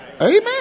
amen